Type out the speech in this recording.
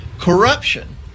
corruption